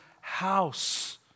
house